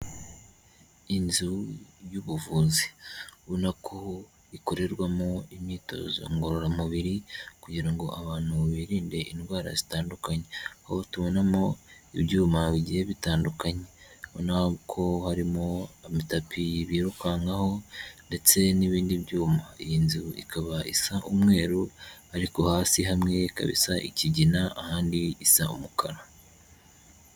Inzu y'ubuvuzi, ubona ko ikorerwamo imyitozo ngororamubiri, kugira ngo abantu birinde indwara zitandukanye, aho tubonamo ibyuma bigiye bitandukanye, ubona ko harimo amatapi birukankaho ndetse n'ibindi byuma. Iyi nzu ikaba isa umweru, ariko hasi hamwe ikaba isa ikigina, ahandi isa umukara.